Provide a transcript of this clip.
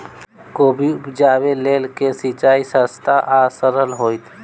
कोबी उपजाबे लेल केँ सिंचाई सस्ता आ सरल हेतइ?